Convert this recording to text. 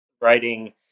writing